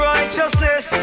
Righteousness